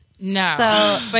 No